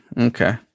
okay